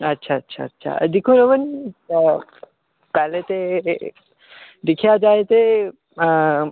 अच्छा अच्छा अच्छा दिक्खो रमन अ पैह्लें ते दिक्खेआ जाए ते